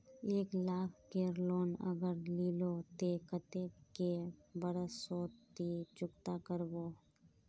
एक लाख केर लोन अगर लिलो ते कतेक कै बरश सोत ती चुकता करबो?